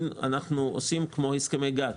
אנחנו עושים כמו הסכמי גג,